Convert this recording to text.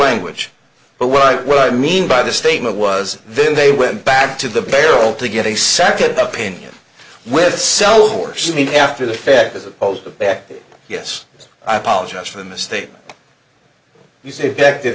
language but what i mean by the statement was then they went back to the barrel to get a second opinion with cell horsemeat after the fact as opposed to back yes i apologize for the mistake you say